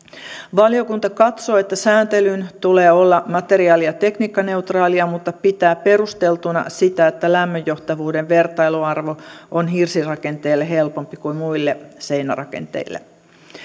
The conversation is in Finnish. valiokunta katsoo että sääntelyn tulee olla materiaali ja tekniikkaneutraalia mutta pitää perusteltuna sitä että lämmönjohtavuuden vertailuarvo on hirsirakenteelle helpompi kuin muille seinärakenteille